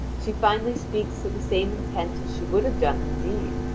she finally speaks to the same intent as she would have done, indeed,